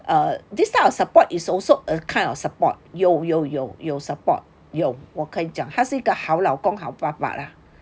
err this type of support is also a kind of support 有有有 support 有我可以讲他是个好老公好爸爸了